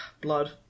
Blood